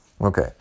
Okay